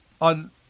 on